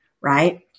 right